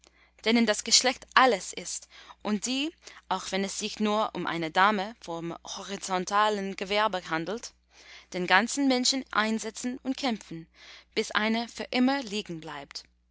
männer denen das geschlecht alles ist und die auch wenn es sich nur um eine dame vom horizontalen gewerbe handelt den ganzen menschen einsetzen und kämpfen bis einer für immer liegen bleibt